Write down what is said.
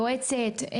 יועצת,